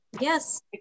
yes